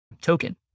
token